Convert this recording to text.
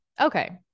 Okay